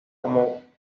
como